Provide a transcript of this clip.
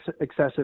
excessive